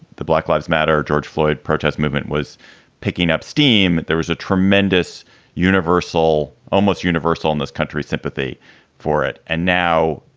the black lives matter george floyd protest movement was picking up steam. there was a tremendous universal, almost universal in this country, sympathy for it. and now.